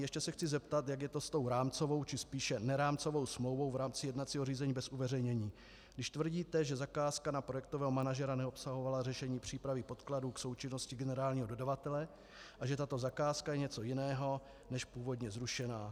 Ještě se chci zeptat, jak je to s tou rámcovou či spíše nerámcovou smlouvou v rámci jednacího řízení bez uveřejnění, když tvrdíte, že zakázka na projektového manažera neobsahovala řešení přípravy podkladů k součinnosti generálního dodavatele a že tato zakázka je něco jiného než původně zrušená.